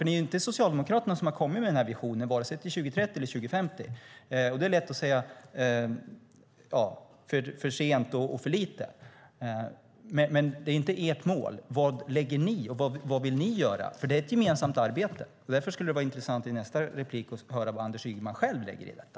Det är inte Socialdemokraterna som har kommit med denna vision, vare sig till 2030 eller till 2050. Det är lätt att säga att det är för sent och för lite. Men det är inte ert mål. Vad lägger ni, och vad vill ni göra? Det är ett gemensamt arbete. Därför skulle det vara intressant att i nästa inlägg få höra vad Anders Ygeman själv lägger i detta.